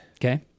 Okay